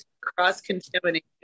cross-contamination